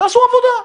תעשו עבודה.